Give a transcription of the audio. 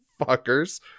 Fuckers